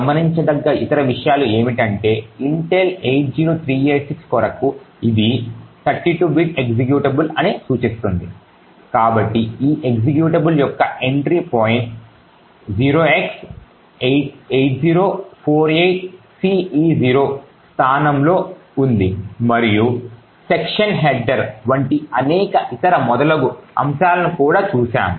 గమనించదగ్గ ఇతర విషయాలు ఏమిటంటే ఇంటెల్ 80386 కొరకు ఇది 32 బిట్ ఎక్జిక్యూటబుల్ అని సూచిస్తుంది కాబట్టి ఈ ఎక్జిక్యూటబుల్ యొక్క ఎంట్రీ పాయింట్ 0x8048ce0 స్థానంలో ఉంది మరియు సెక్షన్ హెడర్ వంటి అనేక ఇతర మొదలగు అంశాలను కూడా చూశామ